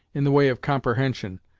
in the way of comperhension,